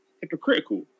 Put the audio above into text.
hypocritical